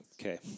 Okay